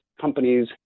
companies